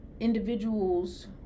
individuals